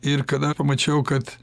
ir kada pamačiau kad